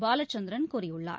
பாலச்சந்திரன் கூறியுள்ளார்